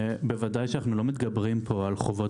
בוודאי שאנחנו לא מתגברים פה על חובות